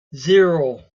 zero